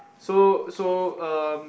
so so um